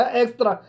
extra